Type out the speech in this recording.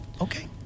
okay